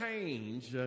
change